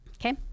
okay